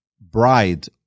bride